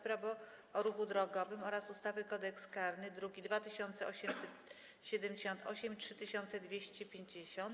Prawo o ruchu drogowym oraz ustawy Kodeks karny (druki nr 2878 i 3250)